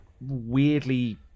weirdly